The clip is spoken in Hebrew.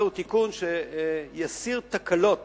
זהו תיקון שיסיר תקלות